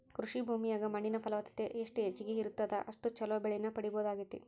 ಕೃಷಿ ಭೂಮಿಯಾಗ ಮಣ್ಣಿನ ಫಲವತ್ತತೆ ಎಷ್ಟ ಹೆಚ್ಚಗಿ ಇರುತ್ತದ ಅಷ್ಟು ಚೊಲೋ ಬೆಳಿನ ಪಡೇಬಹುದಾಗೇತಿ